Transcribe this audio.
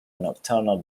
nocturnal